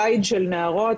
ציד של נערות,